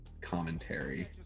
commentary